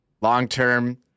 long-term